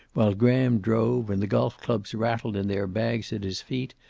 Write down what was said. while graham drove and the golf clubs rattled in their bags at his feet,